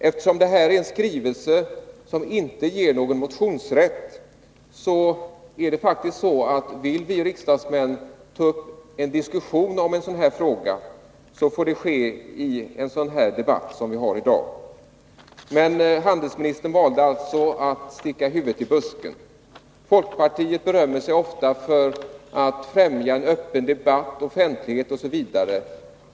Eftersom detta är en skrivelse som inte ger någon motionsrätt, är det faktiskt så att om vi riksdagsmän vill ta upp en diskussion om en sådan fråga, måste det ske i en sådan här debatt som vi har i dag. Men handelsministern valde alltså att sticka huvudet i busken. Folkpartiet berömmer sig ofta för att främja en öppen debatt, offentlighet osv.